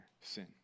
sin